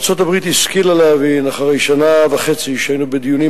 ארצות-הברית השכילה להבין אחרי שנה וחצי שהיינו בדיונים